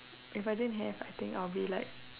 if I didn't have I think I'll be like